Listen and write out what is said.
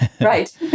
Right